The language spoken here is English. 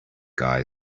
guys